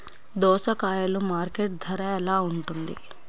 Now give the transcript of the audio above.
దోసకాయలు మార్కెట్ ధర ఎలా ఉంటుంది?